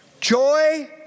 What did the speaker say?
joy